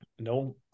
No